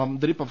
മന്ത്രി പ്രൊഫ